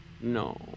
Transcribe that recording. No